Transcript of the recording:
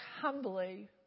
humbly